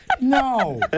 No